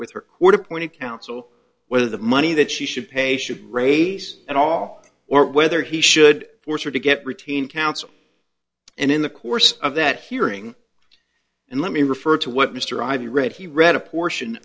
with her court appointed counsel whether the money that she should pay should raise at all or whether he should force her to get retained counsel and in the course of that hearing and let me refer to what mr ivey read he read a portion